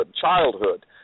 childhood